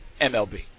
MLB